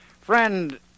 Friend